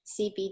CBD